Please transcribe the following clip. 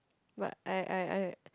but I I I